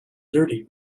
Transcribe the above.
dirty